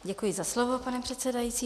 Děkuji za slovo, pane předsedající.